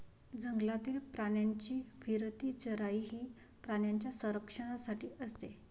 जंगलातील प्राण्यांची फिरती चराई ही प्राण्यांच्या संरक्षणासाठी असते